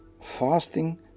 Fasting